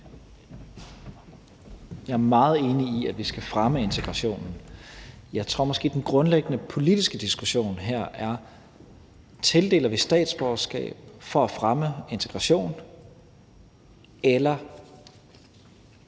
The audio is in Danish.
Jeg er meget enig i, at vi skal fremme integrationen. Jeg tror måske, at den grundlæggende politiske diskussion her er, om vi tildeler statsborgerskab for at fremme integrationen, eller